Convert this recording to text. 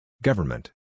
Government